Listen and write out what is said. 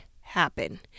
happen